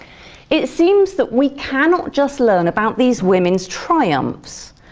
it seems that we cannot just learn about these women's triumphs.